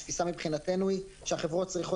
התפיסה מבחינתנו היא שהחברות צריכות